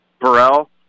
Burrell